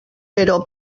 però